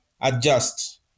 adjust